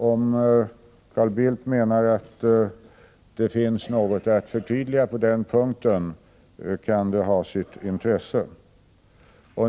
Om Carl Bildt menar att det finns något att förtydliga på den punkten, kan det ha sitt intresse.